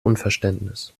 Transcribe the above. unverständnis